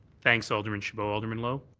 thanks, alderman chabot. alderman lowe?